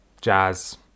jazz